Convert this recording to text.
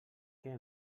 què